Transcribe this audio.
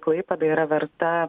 klaipėda yra verta